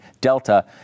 Delta